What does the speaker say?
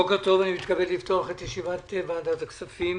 בוקר טוב, אני מתכבד לפתוח את ישיבת ועדת הכספים.